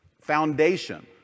foundation